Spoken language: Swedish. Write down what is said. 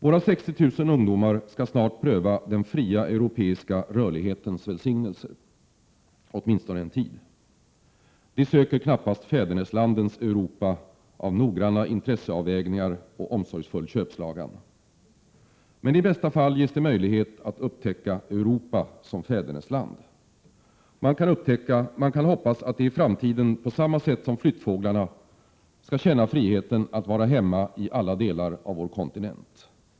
Våra 60 000 ungdomar skall snart pröva den fria europeiska rörlighetens välsignelser, åtminstone en tid. De söker knappast Fäderneslandens Europa av noggranna intresseavvägningar och omsorgsfull köpslagan. Men i bästa fall ges de möjlighet att upptäcka Europa som fädernesland. Man kan hoppas att de i framtiden på samma sätt som flyttfåglarna skall känna friheten att vara hemma i alla delar av vår kontinent.